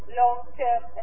long-term